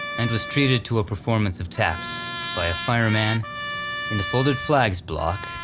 and was treated to a performance of taps by a fireman in the folded flags block,